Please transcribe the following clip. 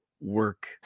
work